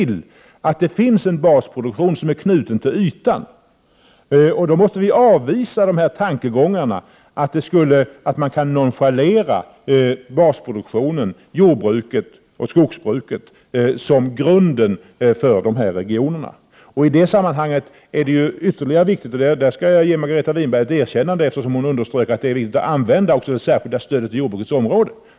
1988/89:127 det finns en basproduktion som är knuten till ytan. Då måste vi avvisa 2juni 1989 tankegångarna att man kan nonchalera basproduktionen — jordbruket och skogsbruket — som grund för dessa regioner. I det sammanhanget är det av ännu större vikt att man använder det särskilda stödet för åtgärder på jordbrukets område även för detta ändamål. Detta underströk också Margareta Winberg, och det vill jag gärna ge henne ett erkännande för.